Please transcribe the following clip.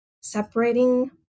separating